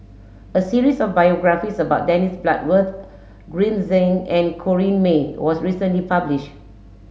a series of biographies about Dennis Bloodworth Green Zeng and Corrinne May was recently publish